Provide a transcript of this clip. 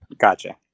Gotcha